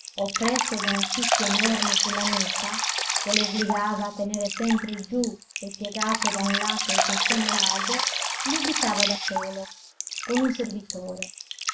vestito oppresso da una cisti enorme su la nuca che lo obbligava a tener sempre giù e piegato da un lato il testone raso vi abitava solo con un servitore